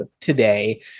today